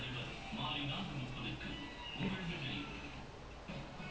ya like wait quality centre போய் விளையாடுவானா:poi vilaiyaaduvaanaa